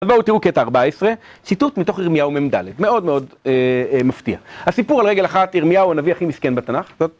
אז בואו תראו קטע 14, ציטוט מתוך ירמיהו מ"ד, מאוד מאוד מפתיע, הסיפור על רגל אחת, ירמיהו הנביא הכי מסכן בתנ״ך.